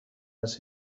است